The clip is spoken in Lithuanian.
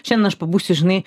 šiandien aš pabūsiu žinai